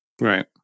Right